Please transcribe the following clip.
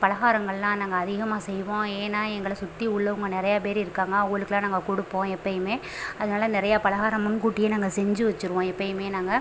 பலகாரங்களெலாம் நாங்கள் அதிகமாக செய்வோம் ஏன்னால் எங்களை சுற்றி உள்ளவங்க நிறையா பேர் இருக்காங்க அவங்களுக்குலாம் நாங்கள் கொடுப்போம் எப்போயுமே அதனால நிறைய பலகாரம் முன்கூட்டியே நாங்கள் செஞ்சு வெச்சுருவோம் எப்போயுமே நாங்கள்